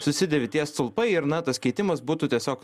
susidėvi tie stulpai ir na tas keitimas būtų tiesiog